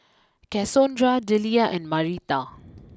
Cassondra Delia and Marita